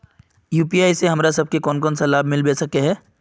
UPI से हमरा सब के कोन कोन सा लाभ मिलबे सके है?